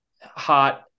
hot